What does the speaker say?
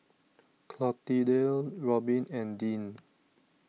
Clotilde Robbin and Deann